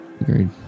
Agreed